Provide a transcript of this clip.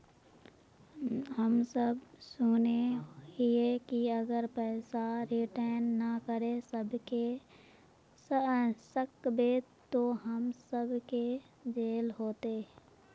हम सब सुनैय हिये की अगर पैसा रिटर्न ना करे सकबे तो हम सब के जेल होते?